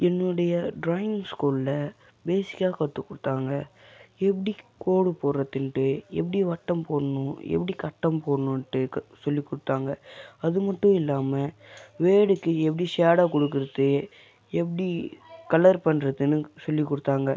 என்னுடைய ட்ராயிங் ஸ்கூலில் பேசிக்காக கற்றுக் கொடுத்தாங்க எப்படி கோடு போடுறதுன்னுட்டு எப்படி வட்டம் போடணும் எப்படி கட்டம் போடணுன்ட்டு க சொல்லிக் கொடுத்தாங்க அது மட்டும் இல்லாமல் வேர்டுக்கு எப்படி ஷேடோ கொடுக்கறது எப்படி கலர் பண்ணுறதுனு சொல்லிக் கொடுத்தாங்க